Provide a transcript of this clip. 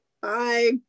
Bye